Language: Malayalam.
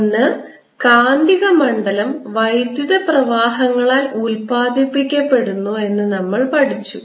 ഒന്ന് കാന്തിക മണ്ഡലം വൈദ്യുത പ്രവാഹങ്ങളാൽ ഉത്പാദിപ്പിക്കപ്പെടുന്നു എന്ന് നമ്മൾ പഠിച്ചു